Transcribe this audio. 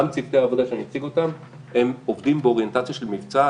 גם צוותי העבודה שאני אציג אותם עובדים באוריינטציה של מבצע,